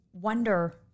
wonder